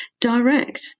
direct